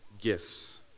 gifts